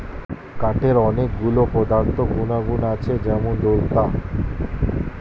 কাঠের অনেক গুলো পদার্থ গুনাগুন আছে যেমন দৃঢ়তা